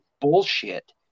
bullshit